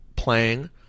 playing